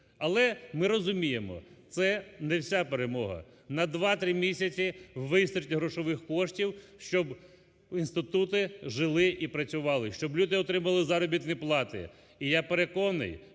Але ми розуміємо, це не вся перемога. На 2-3 місяці вистачить грошових коштів, щоб інститути жили і працювали, щоб люди отримували заробітні плати. І я переконаний,